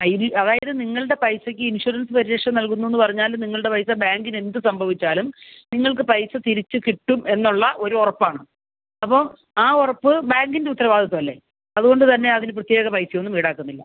അതായത് നിങ്ങളുടെ പൈസക്ക് ഇൻഷുറൻസ് പരിരക്ഷ നൽകുന്നു എന്ന് പറഞ്ഞാൽ നിങ്ങളുടെ പൈസ ബാങ്കിന് എന്ത് സംഭവിച്ചാലും നിങ്ങൾക്ക് പൈസ തിരിച്ച് കിട്ടും എന്നുള്ള ഒരു ഉറപ്പ് ആണ് അപ്പോൾ ആ ഉറപ്പ് ബാങ്കിൻ്റെ ഉത്തരവാദിത്തം അല്ലേ അതുകൊണ്ട് തന്നെ അതിന് പ്രത്യേക പൈസ ഒന്നും ഈടാക്കുന്നില്ല